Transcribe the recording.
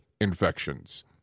infections